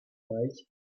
drake